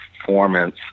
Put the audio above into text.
performance